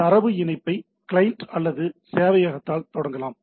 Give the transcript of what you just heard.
தரவு இணைப்பை கிளையன்ட் அல்லது சேவையகத்தால் தொடங்கலாம்